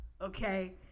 Okay